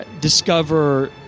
discover